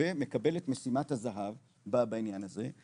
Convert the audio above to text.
ומקבל את משימת הזהב, בעניין הזה,